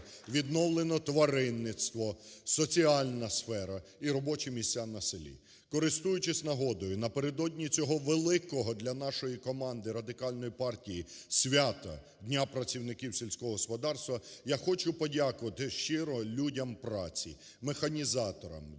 відновлено тваринництво, соціальна сфера і робочі місця на селі. Користуючись нагодою, напередодні цього великого для нашої команди Радикальної партії свята – Дня працівників сільського господарства, я хочу подякувати щиро людям праці – механізаторам,